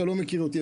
אתה לא מכיר אותי,